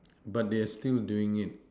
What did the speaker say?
but they are still doing it